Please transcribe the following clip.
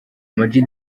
amag